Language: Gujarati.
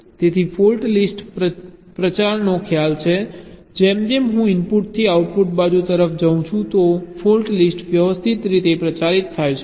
તેથી ફોલ્ટ લિસ્ટ પ્રચારનો ખ્યાલ છે જેમ જેમ હું ઇનપુટથી આઉટપુટ બાજુ તરફ જઉં છું તો ફોલ્ટ લિસ્ટ વ્યવસ્થિત રીતે પ્રચારિત થાય છે